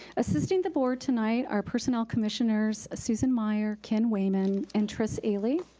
assisting the board tonight are personnel commissioners, susan meyer, ken wayman, and trist aley.